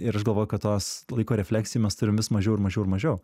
ir aš galvoju kad tos laiko refleksijų mes turim vis mažiau ir mažiau mažiau